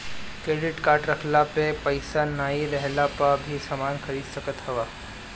credit card रखला पे पईसा नाइ रहला पअ भी समान खरीद सकत हवअ